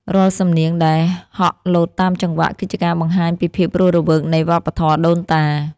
រាល់សំនៀងដែលហក់លោតតាមចង្វាក់ គឺជាការបង្ហាញពីភាពរស់រវើកនៃវប្បធម៌ដូនតា។